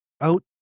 out